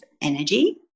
energy